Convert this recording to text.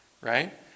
Right